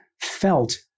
felt